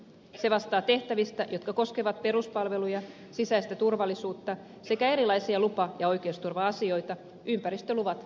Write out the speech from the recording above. se vastaa tehtävistä jotka koskevat peruspalveluja sisäistä turvallisuutta sekä erilaisia lupa ja oikeusturva asioita ympäristöluvat mukaan lukien